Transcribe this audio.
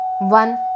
One